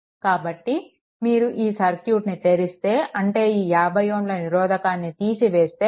కాబట్టి మీరు ఈ సర్క్యూట్ని తెరిస్తే అంటే ఈ 50 Ω నిరోధాన్ని తీసివేయాలి